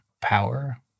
power